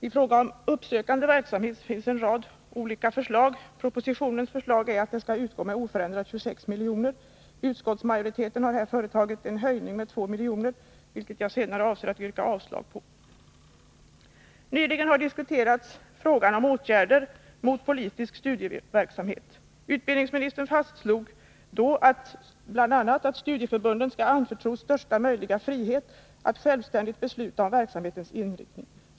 I fråga om uppsökande verksamhet finns en rad olika förslag. Propositionens förslag är att bidraget skall utgå med oförändrat 26 milj.kr. Utskottsmajoriteten har här föreslagit en höjning med 2 milj.kr., vilket förslag jag senare avser att yrka avslag på. Nyligen diskuterades frågan om åtgärder mot politisk studiecirkelverksamhet. Utbildningsministern fastslog då bl.a. att studieförbunden skall anförtros största möjliga frihet att självständigt besluta om verksamhetens inriktning.